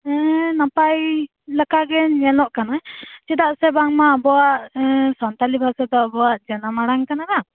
ᱮᱸᱻᱱᱟᱯᱟᱭ ᱞᱮᱠᱟᱜᱮ ᱧᱮᱞᱚᱜ ᱠᱟᱱᱟ ᱪᱮᱫᱟᱜ ᱥᱮ ᱵᱟᱝ ᱢᱟ ᱟᱵᱚᱣᱟᱜ ᱥᱟᱱᱛᱟᱞᱤ ᱵᱷᱟᱥᱟ ᱫᱚ ᱟᱵᱚᱣᱟᱜ ᱡᱟᱱᱟᱢ ᱟᱲᱟᱝ ᱠᱟᱱᱟ ᱵᱟᱝ